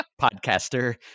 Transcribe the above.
podcaster